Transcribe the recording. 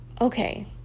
okay